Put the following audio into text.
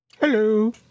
Hello